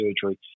surgery